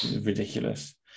ridiculous